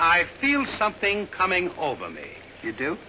i feel something coming over me to do